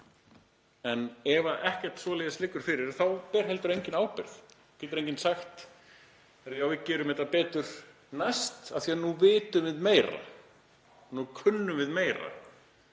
en ef ekkert svoleiðis liggur fyrir þá ber heldur enginn ábyrgð. Þá getur enginn sagt. Já, við gerum betur næst af því að nú vitum við meira, nú kunnum við meira.